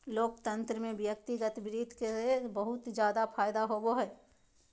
लोकतन्त्र में व्यक्तिगत वित्त के बहुत जादे फायदा होवो हय